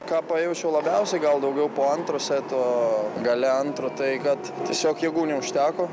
ką pajaučiau labiausiai gal daugiau po antro seto gale antro tai kad tiesiog jėgų neužteko